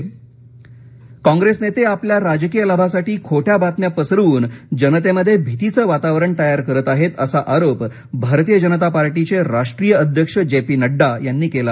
नड़डा सोनिया काँग्रेस नेते आपल्या राजकीय लाभासाठी खोट्या बातम्या पसरवून जनतेमध्ये भीतीचं वातावरण तयार करत आहेत असा आरोप भारतीय जनता पार्टीचे राष्ट्रीय अध्यक्ष जे पी नड्डा यांनी केला